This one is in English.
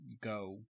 go